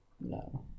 no